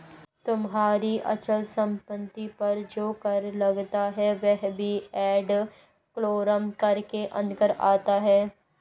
तुम्हारी अचल संपत्ति पर जो कर लगता है वह भी एड वलोरम कर के अंतर्गत आता है